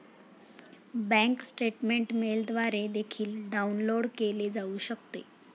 bank statement मेलद्वारे देखील download केले जाऊ शकते